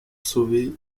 sauvée